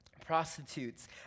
prostitutes